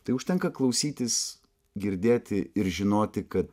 tai užtenka klausytis girdėti ir žinoti kad